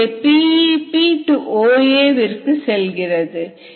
இங்கே PEP OA விற்கு செல்கிறது